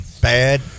bad